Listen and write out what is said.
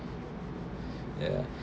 ya